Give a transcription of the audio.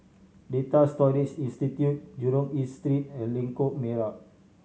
Data Storage Institute Jurong East Street and Lengkok Merak